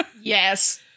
Yes